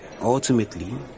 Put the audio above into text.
ultimately